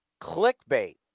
clickbait